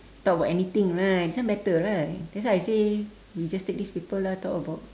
talk about anything right this one better right that's why I say we just take this paper lah talk about